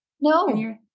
No